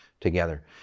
together